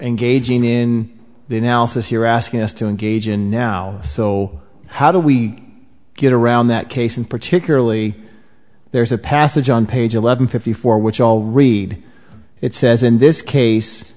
engaging in the analysis you're asking us to engage in now so how do we get around that case and particularly there's a passage on page eleven fifty four which all read it says in this case